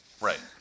Right